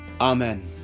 Amen